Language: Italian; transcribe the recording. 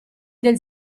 del